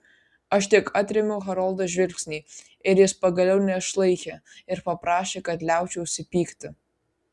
aš tik atrėmiau haroldo žvilgsnį ir jis pagaliau neišlaikė ir paprašė kad liaučiausi pykti